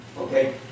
okay